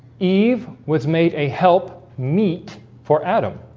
eve was made a help meet for adam